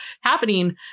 happening